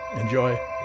Enjoy